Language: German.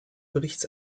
berichts